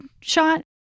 shot